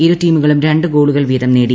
ഇരു ടീമുകളും രണ്ട് ഗോളുകൾ വീതം നേടി